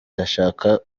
ndashaka